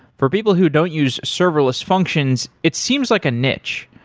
for people who don't use serverless functions, it seems like a niche.